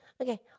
Okay